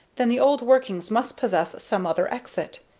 then the old workings must possess some other exit.